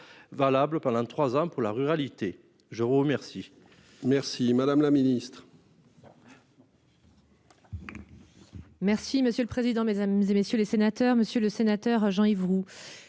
valable pendant 3 ans pour la ruralité. Je remercie. Merci, madame la Ministre.